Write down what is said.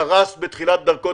קרס בתחילת דרכו,